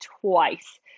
twice